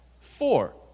Four